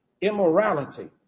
immorality